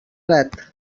gat